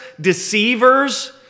deceivers